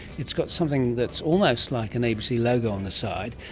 it's got something that's almost like an abc logo on the side,